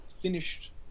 finished